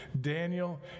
Daniel